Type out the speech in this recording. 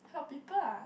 help people ah